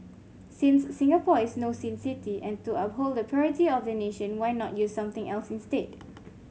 since Singapore is no sin city and to uphold the purity of the nation why not use something else instead